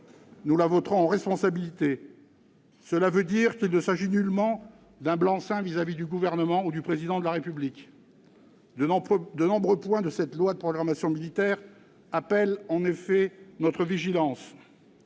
Nous le voterons en responsabilité. Cela veut dire qu'il ne s'agit nullement d'un blanc-seing à l'égard du Gouvernement ou du Président de la République. De nombreux points de ce projet de loi de programmation militaire appellent en effet notre vigilance.